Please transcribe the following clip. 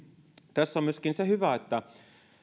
tässä on myöskin se hyvä että